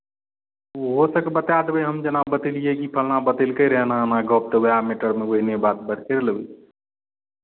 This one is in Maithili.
ओहो सभकेँ बता देबै हम जेना बतेलियै कि फल्लाँ बतेलकै रहए एना एना गप्प तऽ उएह मेटरमे ओहने बात बतेलक